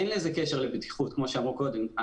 אין לזה קשר לבטיחות, כמו שאמרו קודם.